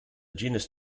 genus